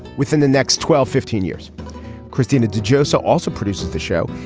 within the next twelve fifteen years kristina de joseph also produces the show.